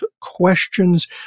questions